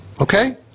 Okay